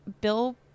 Bill